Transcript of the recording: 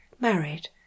married